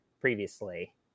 previously